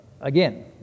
again